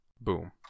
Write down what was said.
Boom